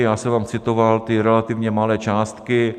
Já jsem vám citoval ty relativně malé částky.